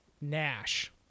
Nash